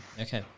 Okay